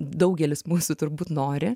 daugelis mūsų turbūt nori